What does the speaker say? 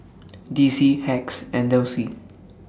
D C Hacks and Delsey